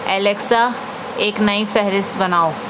Alexa ایک نئی فہرست بناؤ